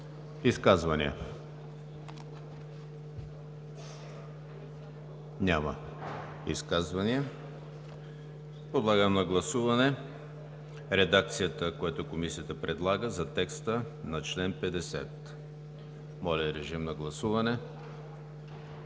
Изказвания? Няма изказвания. Подлагам на гласуване редакцията, която Комисията предлага, за текста на чл. 50. Гласували